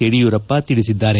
ಯಡಿಯೂರಪ್ಪ ತಿಳಿಸಿದ್ದಾರೆ